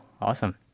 Awesome